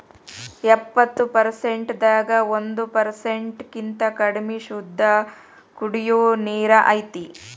ಎಪ್ಪತ್ತು ಪರಸೆಂಟ್ ದಾಗ ಒಂದ ಪರಸೆಂಟ್ ಕಿಂತ ಕಡಮಿ ಶುದ್ದ ಕುಡಿಯು ನೇರ ಐತಿ